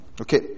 okay